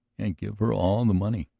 and give her all the money!